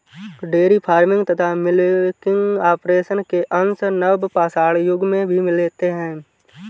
dairy farming तथा milking operation के अंश नवपाषाण युग में भी मिलते हैं